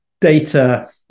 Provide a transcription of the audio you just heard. data